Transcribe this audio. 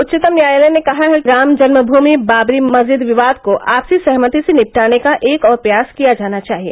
उच्चतम न्यायालय ने कहा है कि राम जन्मभूमि बाबरी मस्जिद विवाद को आपसी सहमति से निपटाने का एक और प्रयास किया जाना चाहिए